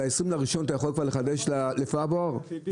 מקלב: ב-20 לחודש אפשר לחדש לחודש הבא.